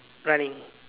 running